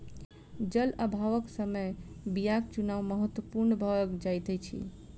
जल अभावक समय बीयाक चुनाव महत्पूर्ण भ जाइत अछि